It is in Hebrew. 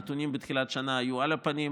הנתונים בתחילת השנה היו על הפנים,